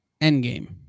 Endgame